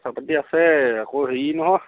পইচা পাতি আছে আকৌ হেৰি নহয়